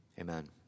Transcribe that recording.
Amen